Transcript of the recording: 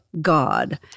God